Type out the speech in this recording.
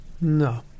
No